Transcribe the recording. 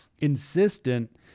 Insistent